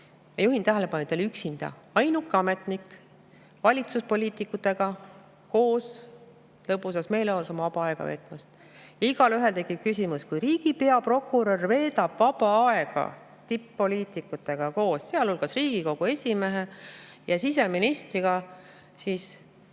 Juhin tähelepanu, et ta oli üksinda, ainuke ametnik valitsuspoliitikutega koos lõbusas meeleolus vaba aega veetmas. Igaühel tekib küsimus: kui riigi peaprokurör veedab vaba aega koos tipp-poliitikutega, sealhulgas Riigikogu esimehe ja siseministriga, siis